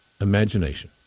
imagination